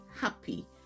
happy